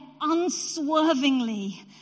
unswervingly